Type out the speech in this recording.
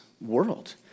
world